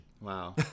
Wow